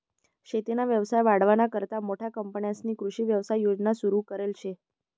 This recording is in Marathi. शेतीना व्यवसाय वाढावानीकरता मोठमोठ्या कंपन्यांस्नी कृषी व्यवसाय योजना सुरु करेल शे